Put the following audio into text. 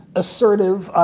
assertive.